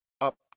up